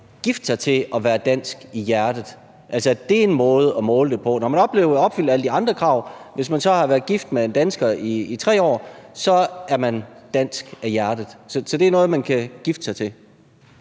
gifte sig til at være dansk i hjertet, altså at det er en måde at måle det på? Når man opfylder alle de andre krav og har været gift med en dansker i 3 år, så er man dansk af hjerte. Så det er noget, man kan gifte sig til.